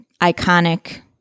iconic